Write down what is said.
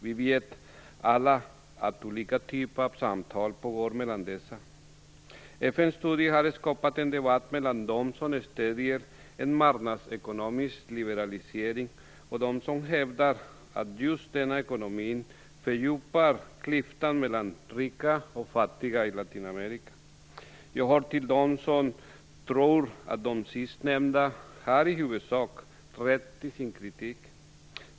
Vi vet alla att olika typer av samtal pågår mellan dem. FN:s studie har skapat en debatt mellan dem som stöder en marknadsekonomisk liberalisering och dem som hävdar att just denna ekonomi fördjupar klyftan mellan rika och fattiga i Latinamerika. Jag hör till dem som tror att de sistnämnda i huvudsak har rätt i sin kritik.